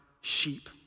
sheep